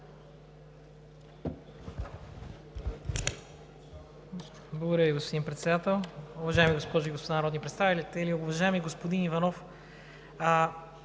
Благодаря Ви, господин Председател. Уважаеми госпожи и господа народни представители! Уважаеми господин Иванов,